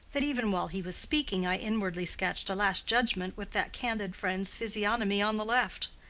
that even while he was speaking i inwardly sketched a last judgment with that candid friend's physiognomy on the left.